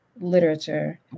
literature